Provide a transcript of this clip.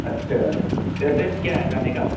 اچھا ایڈریس کیا ہے جانے کا